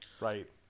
right